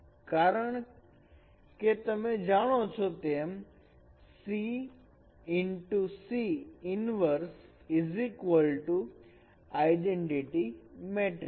કારણકે તમે જાણો છો તેમ C C inverse identity matrix